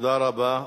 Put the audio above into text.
תודה רבה.